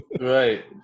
Right